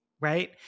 right